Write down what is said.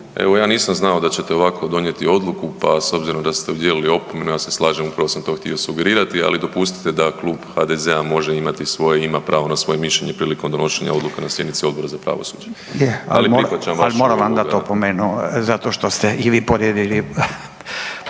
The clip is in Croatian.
Evo ja nisam znao da ćete ovakvu donijeti odluku, pa s obzirom da ste udijelili opomenu ja se slažem, upravo sam to htio sugerirati, ali dopustite da Klub HDZ-a može imati svoje, ima pravo na svoje mišljenje prilikom donošenja odluke na sjednici Odbora za pravosuđe. Ali prihvaćam vašu…/Govornik se ne razumije/….